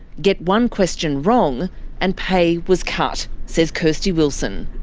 get one question wrong and pay was cut, says kairsty wilson.